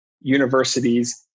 universities